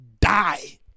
die